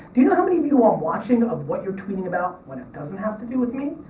do you know how many of you i'm watching of what you're tweeting about, when it doesn't have to do with me?